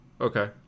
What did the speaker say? Okay